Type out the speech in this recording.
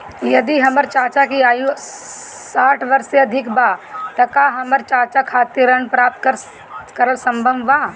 यदि हमर चाचा की आयु साठ वर्ष से अधिक बा त का हमर चाचा खातिर ऋण प्राप्त करल संभव बा